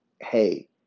hey